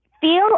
feel